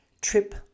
trip